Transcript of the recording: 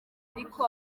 ariko